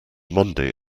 monday